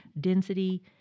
Density